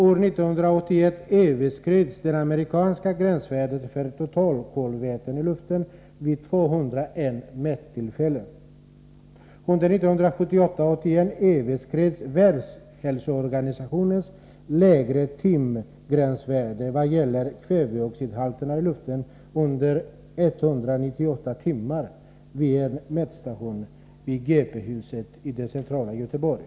År 1981 överskreds de amerikanska gränsvärdena för totalkolväten i luften vid 201 mättillfällen. Under åren 1978-1981 överskreds världshälsoorganisationens lägre timgränsvärden vad gäller kväveoxidhalterna i luften under 198 timmar vid en mätstation på GP-husets tak i centrala Göteborg.